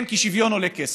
כן, כי שוויון עולה כסף.